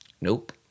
Nope